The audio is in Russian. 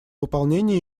выполнении